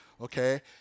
okay